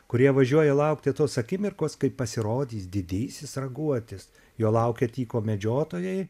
kurie važiuoja laukti tos akimirkos kai pasirodys didysis raguotis jo laukia tyko medžiotojai